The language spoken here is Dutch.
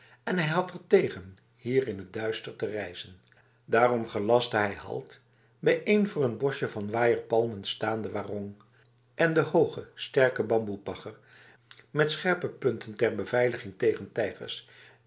en hij had ertegen hier in t duister te reizen daarom gelastte hij halt bij een voor n bosje van waaierpalmen staande warong en de hoge sterke bamboepagger met scherpe punten ter beveiliging tegen tijgers